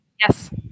Yes